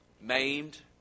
maimed